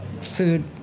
food